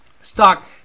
Stock